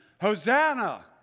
Hosanna